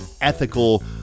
ethical